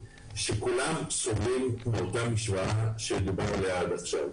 וכולם סובלים מאותה משוואה שדובר עליה עד עכשיו.